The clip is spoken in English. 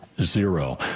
zero